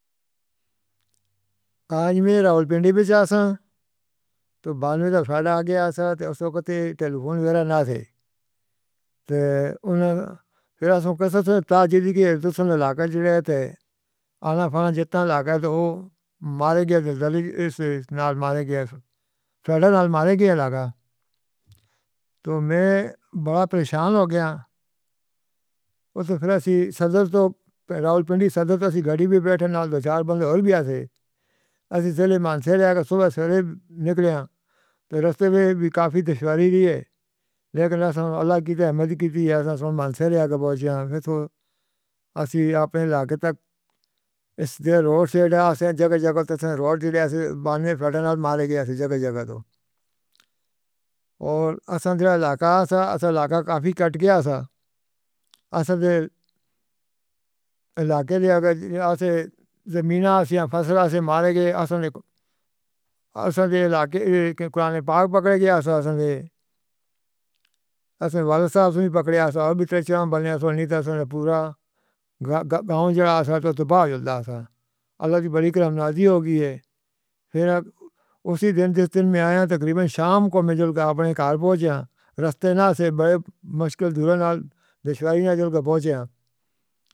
کانچ میں راولپنڈی وچ آسا۔ تو بعد میں فٹا آگے آسا تو اُس وقت ٹیلیفون وغیرہ نہ تھے۔ تو اُن-پھر اَساں کسں تدللکت۔ تُس نے لاگا چاہے تے آنا فانا جِتّا لاگا تو او مارے گیا۔ دلد-اِس نال مارے گیا سن-فٹے نال مارے گیا لاگا۔ تو میں بڑا پریشان ہو گیا ہاں۔ اُس پھر اَسّی سدر تو راولپنڈی سدر تو اَسّی گاڑی پے بیٹھے نال دو چار بندے اور بھی آسے۔ اَسّی چلے مانسے لے آکے صبح سویرے نکلے ہیں۔ راستے میں بھی کافی دشواری ہوئی ہے۔ لیکن اَسّی اللہ کی تو حمدی کی تھی، اَسّی مانسے لے آکے پہنچے ہیں۔ پھر تو اَسّی اپنے علاقے تک اِس ڈیئر روڈ سائڈ اَسّی جگہ، جگہ تے سن-روڈ جِس طرح سے بعد میں فٹا نال مارے گئے تھے جگہ، جگہ تو۔ اور اَسّی جو علاقہ آتا، اَسّی علاقہ کافی کٹ گیا سا۔ اَسّی علاقے اَسّی زمیناں، فصلاں اَسّی مارے گئے۔ اَسّی نے اَسّی علاقے قرآنِ پکڑ گیا تھا اَسّاں-اَسّاں وجی صاحب پکڑے اَسّاں اور بھی ترےچار بنے تھے۔ نہیں تو اَسّی نے پورا گاں جو آسا تھا، تو طوفان جل رہا تھا۔ اللہ کی بڑی کراماتی ہو گئی ہے۔ پھر اُسی دن، تِس دن میں آیا تقریباً شام کو میں جو اپنے گھر پہنچا راستے میں بڑے مشکل دور نال دشواری کے بعد پہنچا۔